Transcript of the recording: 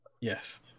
Yes